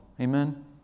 Amen